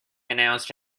announced